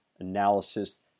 analysis